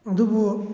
ꯑꯗꯨꯕꯨ